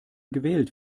gewählt